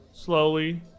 Slowly